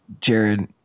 Jared